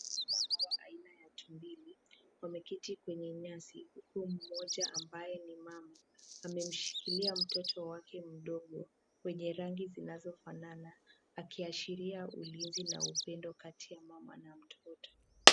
Hawa ni aina ya tumbili. Wameketi kwenye nyasi huku mmoja ambaye ni mama amemshikilia mtoto wake mdogo mwenye rangi zinazofanana akiashiria ulinzibna upendo kati ya mama na mtoto.